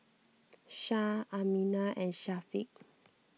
Shah Aminah and Syafiq